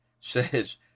says